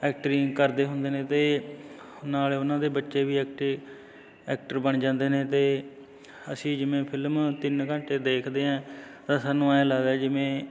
ਐਕਟਰਿੰਗ ਕਰਦੇ ਹੁੰਦੇ ਨੇ ਅਤੇ ਨਾਲੇ ਉਹਨਾਂ ਦੇ ਬੱਚੇ ਵੀ ਐਕਟ ਐਕਟਰ ਬਣ ਜਾਂਦੇ ਨੇ ਅਤੇ ਅਸੀਂ ਜਿਵੇਂ ਫਿਲਮ ਤਿੰਨ ਘੰਟੇ ਦੇਖਦੇ ਹਾਂ ਤਾਂ ਸਾਨੂੰ ਐ ਲੱਗਦਾ ਜਿਵੇਂ